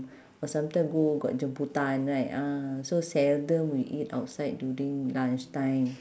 or sometimes go got jemputan right ah so seldom we eat outside during lunch time